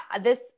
this-